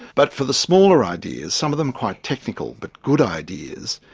but for the smaller ideas, some of them quite technical but good ideas,